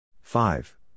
Five